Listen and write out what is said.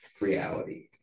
reality